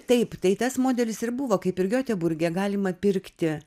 taip tai tas modelis ir buvo kaip ir gioteburge galima pirkti